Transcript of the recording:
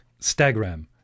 Stagram